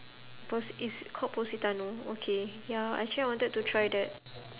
posi~ it's called positano okay ya actually I wanted to try that